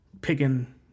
picking